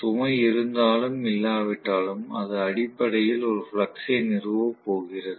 சுமை இருந்தாலும் இல்லாவிட்டாலும் அது அடிப்படையில் ஒரு ஃப்ளக்ஸ் ஐ நிறுவப் போகிறது